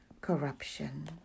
corruption